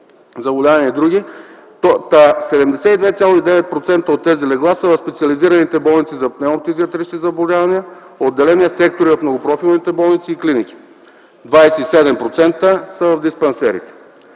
заболявания и др., са в специализираните болници за пневмофтизиатрични заболявания, отделения, сектори в многопрофилните болници и клиники, 27 % са в диспансерите.